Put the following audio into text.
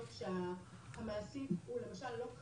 מדובר במעסיק שהוא חברה טיפולית לבניין,